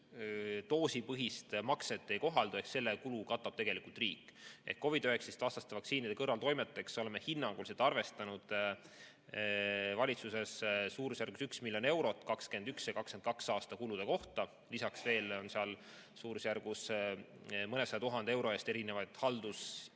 doosipõhist makset ei kohaldu ehk selle kulu katab riik. COVID‑19-vastaste vaktsiinide kõrvaltoimeteks oleme hinnanguliselt arvestanud valitsuses suurusjärgus üks miljon eurot 2021. ja 2022. aasta kulude kohta. Lisaks veel on seal suurusjärgus mõnesaja tuhande euro eest erinevaid haldus‑